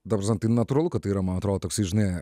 ta prasme tai natūralu kad tai yra man atrodo toksai žinai